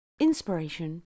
inspiration